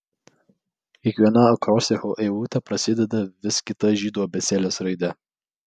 kiekviena akrosticho eilutė prasideda vis kita žydų abėcėlės raide